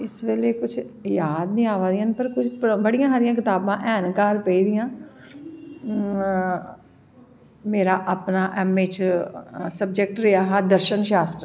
इस बेल्ले कुश याद नी अवा दे न पर कुश कुश ते बड़ियां सारियां कताबां हैन घर पेदियां मेरा अपनां ऐमे च स्वजैक्ट रेहा हा दर्शन शास्त्र